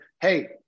hey